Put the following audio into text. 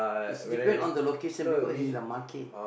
it depends on the location because it's a market